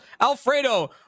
Alfredo